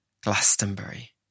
Glastonbury